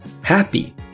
Happy